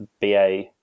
BA